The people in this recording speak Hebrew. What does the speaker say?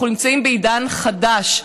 אנחנו נמצאים בעידן חדש.